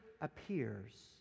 appears